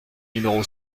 numéro